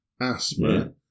asthma